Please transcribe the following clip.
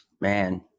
man